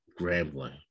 Grambling